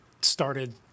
started